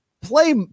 play